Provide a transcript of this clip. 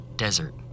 Desert